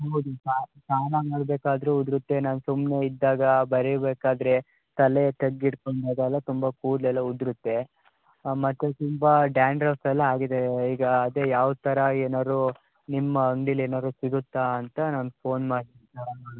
ನೋಡಿ ಸ್ನಾನ ಮಾಡಬೇಕಾದ್ರು ಉದುರುತ್ತೆ ನಾನು ಸುಮ್ಮನೆ ಇದ್ದಾಗ ಬರಿಬೇಕಾದರೆ ತಲೆ ತಗ್ಗು ಇಟ್ಕೊಂಡಾಗ ಎಲ್ಲ ತುಂಬ ಕೂದಲೆಲ್ಲ ಉದುರುತ್ತೆ ಮತ್ತೆ ತುಂಬ ಡ್ಯಾಂಡ್ರಫ್ ಎಲ್ಲ ಆಗಿದೆ ಈಗ ಅದೆ ಯಾವ ಥರ ಏನಾದ್ರು ನಿಮ್ಮ ಅಂಗ್ಡಿಲಿ ಏನಾದ್ರು ಸಿಗುತ್ತ ಅಂತ ನಾನು ಫೋನ್ ಮಾಡಿ